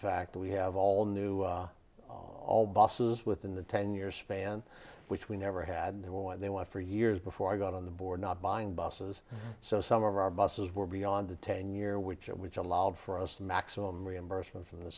fact we have all new all buses within the ten year span which we never had there where they want for years before i got on the board not buying busses so some of our buses were beyond the ten year which are which allowed for us maximum reimbursement from the